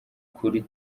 kuri